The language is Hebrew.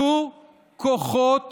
ותאחדו כוחות